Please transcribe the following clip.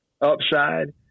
upside